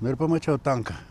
nu ir pamačiau tanką